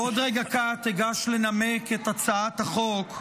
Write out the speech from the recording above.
בעוד רגע קט אגש לנמק את הצעת החוק,